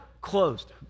closed